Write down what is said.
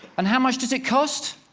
and how much does it cost?